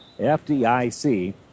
FDIC